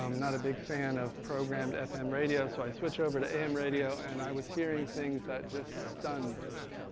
um not a big fan of programmed fm radio, so i switch over to am radio, and i was hearing things that just stunned me.